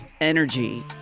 energy